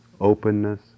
openness